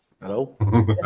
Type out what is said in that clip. Hello